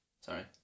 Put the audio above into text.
Sorry